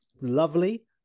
lovely